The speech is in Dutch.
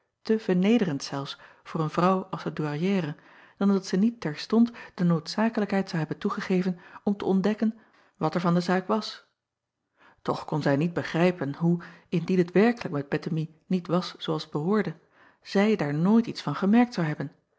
te vernederend zelfs voor een vrouw als de ouairière dan dat zij niet terstond de noodzakelijkheid zou hebben toegegeven om te ontdekken wat er van de zaak was och kon zij niet begrijpen hoe indien het werkelijk met ettemie niet was zoo als t behoorde zij daar nooit iets van gemerkt zou hebben